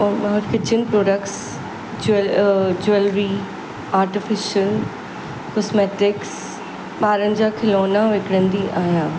ऐं मां kitchen products jewel jewellery artificial cosmetics ॿारनि जा खिलौना विकिणंदी आहियां